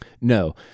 No